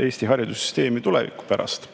Eesti haridussüsteemi tuleviku pärast.